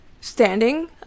standing